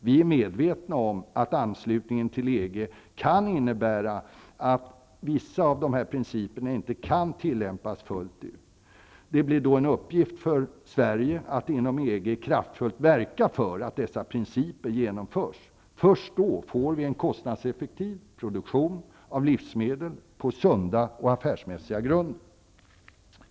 Vi är medvetna om att anslutningen till EG kan innebära att vissa av principerna inte kan tillämpas fullt ut. Det blir då en uppgift för Sverige att inom EG kraftfullt verka för att dessa principer genomförs. Först då får vi en kostnadseffektiv produktion av livsmedel på sunda och affärsmässiga grunder.